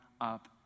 up